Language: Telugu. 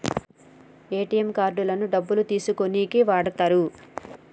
ఏటీఎం కార్డులను డబ్బులు తీసుకోనీకి వాడతరు